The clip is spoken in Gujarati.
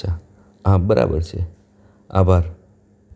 અચ્છા હા બરાબર છે આભાર